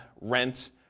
rent